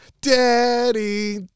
Daddy